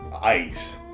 Ice